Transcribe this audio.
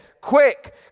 quick